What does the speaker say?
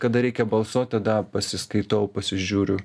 kada reikia balsuot tada pasiskaitau pasižiūriu